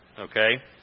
okay